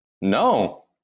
No